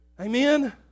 amen